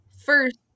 First